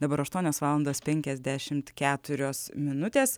dabar aštuonios valandos penkiasdešimt keturios minutės